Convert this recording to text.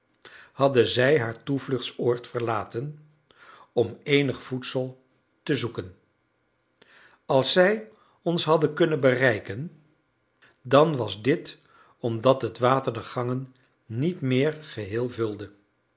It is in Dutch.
hadden zij haar toevluchtsoord verlaten om eenig voedsel te zoeken als zij ons hadden kunnen bereiken dan was dit omdat het water de gangen niet meer geheel vulde